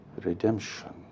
redemption